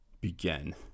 begin